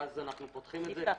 ואז אנחנו פותחים את זה.